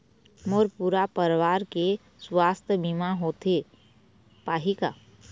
मोर पूरा परवार के सुवास्थ बीमा होथे पाही का?